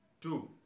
Two